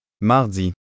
Mardi